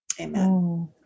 Amen